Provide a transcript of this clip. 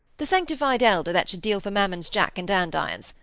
the sanctified elder, that should deal for mammon's jack and andirons.